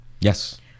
Yes